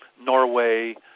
Norway